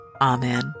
Amen